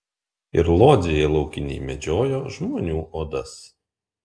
ir lodzėje laukiniai medžiojo žmonių odas